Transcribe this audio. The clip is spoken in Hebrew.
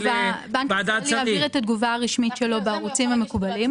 בנק ישראל יעביר את התגובה הרשמית שלו בערוצים המקובלים.